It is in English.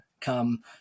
come